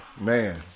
man